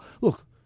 Look